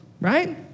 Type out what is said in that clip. Right